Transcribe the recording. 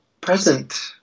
present